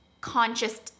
conscious